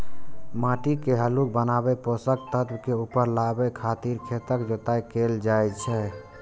माटि के हल्लुक बनाबै, पोषक तत्व के ऊपर लाबै खातिर खेतक जोताइ कैल जाइ छै